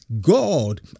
God